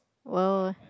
!wow!